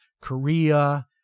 Korea